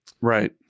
Right